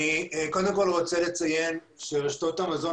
קודם כל אני רוצה לציין שרשתות המזון